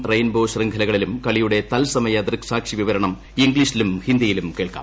rainbow ശൃംഖലകളിലും കളിയുടെ തത്സമയ ദൃക്സാക്ഷി വിവരണം ഇംഗ്ലീഷിലും ഹിന്ദിയിലും കേൾക്കാം